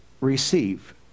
receive